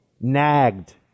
nagged